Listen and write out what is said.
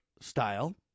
style